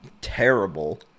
terrible